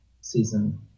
season